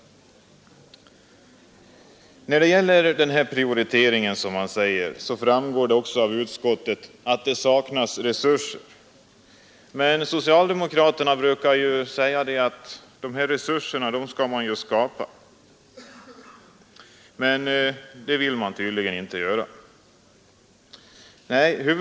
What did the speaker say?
Det framgår också av utskottets betänkande att det saknas resurser för prioriteringen. Socialdemokraterna brukar ju säga att man skall skapa resurser, men det vill man tydligen inte göra i detta fall.